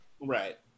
Right